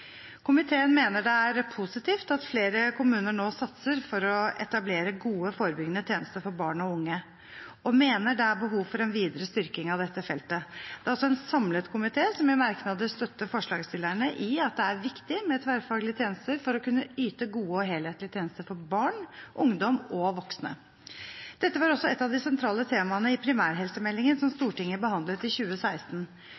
Komiteen mener det er positivt at flere kommuner nå satser for å etablere gode forebyggende tjenester for barn og unge, og mener det er behov for en videre styrking av dette feltet. Det er også en samlet komité som i merknader støtter forslagsstillerne i at det er viktig med tverrfaglige tjenester for å kunne yte gode og helhetlige tjenester for barn, ungdom og voksne. Dette var også et av de sentrale temaene i primærhelsemeldingen, som